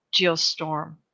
geostorm